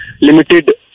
limited